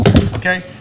Okay